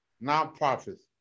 non-profits